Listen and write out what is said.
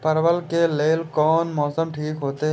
परवल के लेल कोन मौसम ठीक होते?